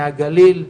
מהגליל,